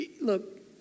Look